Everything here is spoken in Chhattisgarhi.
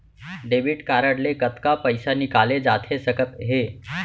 डेबिट कारड ले कतका पइसा निकाले जाथे सकत हे?